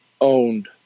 owned